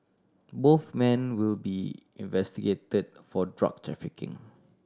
both men will be investigated for drug trafficking